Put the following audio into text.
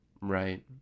Right